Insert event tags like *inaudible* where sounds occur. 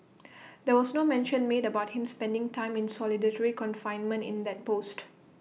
*noise* there was no mention made about him spending time in solitary confinement in that post